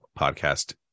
podcast